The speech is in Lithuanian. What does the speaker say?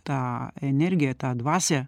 tą energiją tą dvasią